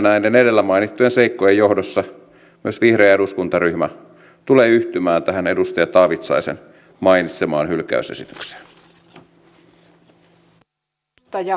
näiden edellä mainittujen seikkojen johdosta myös vihreä eduskuntaryhmä tulee yhtymään edustaja taavitsaisen mainitsemaan hylkäysesitykseen